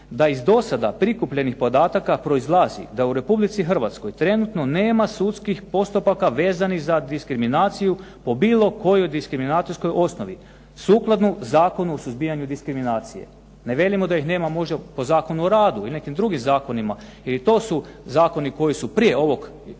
da iz do sada prikupljenih podataka proizlazi da u Republici Hrvatskoj nema sudskih postupaka vezanih za diskriminaciju po bilo kojoj diskriminacijskoj osnovi sukladno Zakonu o suzbijanju diskriminacije. Ne velimo da ih nema možda po Zakonu o radu i nekim drugim zakonima ili to su zakoni koji su prije ovog zakona